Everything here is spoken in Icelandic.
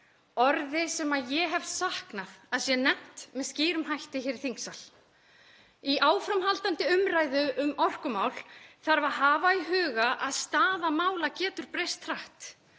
orði sem ég hef saknað að sé nefnt með skýrum hætti hér í þingsal. Í áframhaldandi umræðu um orkumál þarf að hafa í huga að staða mála getur breyst hratt.